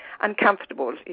uncomfortable